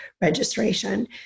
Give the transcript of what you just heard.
registration